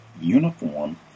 uniform